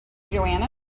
joanna